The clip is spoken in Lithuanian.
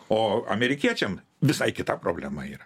o amerikiečiam visai kita problema yra